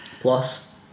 plus